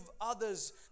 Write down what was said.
others